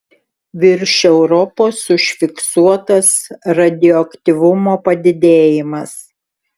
virš europos užfiksuotas radioaktyvumo padidėjimas